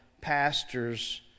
pastors